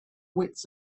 wits